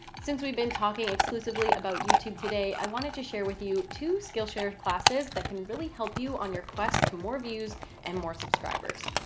since we've been talking exclusively about youtube today, i wanted to share with you two skillshare classes that can really help you on your quest to more views and more subscribers.